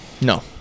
no